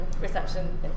reception